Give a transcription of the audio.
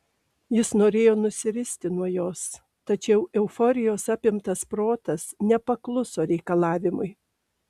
jis norėjo nusiristi nuo jos tačiau euforijos apimtas protas nepakluso reikalavimui